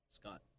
Scott